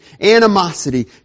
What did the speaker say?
animosity